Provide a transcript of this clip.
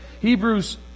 Hebrews